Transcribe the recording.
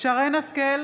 שרן מרים השכל,